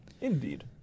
Indeed